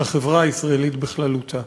לחברה הישראלית בכללותה.